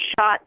shot